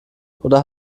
oder